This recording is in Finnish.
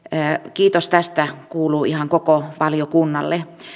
kiitos tästä kuuluu ihan koko valiokunnalle